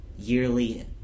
Yearly